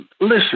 listen